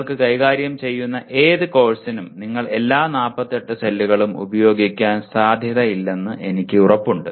നിങ്ങൾ കൈകാര്യം ചെയ്യുന്ന ഏത് കോഴ്സിനും നിങ്ങൾ എല്ലാ 48 സെല്ലുകളും ഉപയോഗിക്കാൻ സാധ്യതയില്ലെന്ന് എനിക്ക് ഉറപ്പുണ്ട്